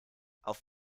auf